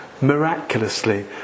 miraculously